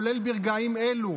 כולל ברגעים אלו,